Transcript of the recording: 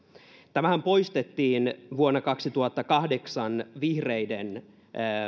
tämähän poistettiin vuonna kaksituhattakahdeksan vihreiden